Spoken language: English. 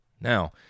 Now